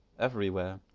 everywhere